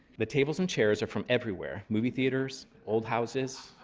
the tables and chairs are from everywhere movie theaters, old houses,